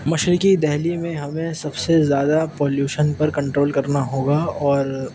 مشرقی دہلی میں ہمیں سب سے زیادہ پولیوشن پر کنٹرول کرنا ہوگا اور